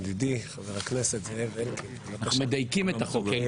אנחנו מדייקים את החוק.